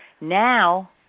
Now